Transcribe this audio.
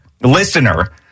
listener –